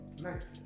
nice